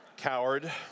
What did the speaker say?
Coward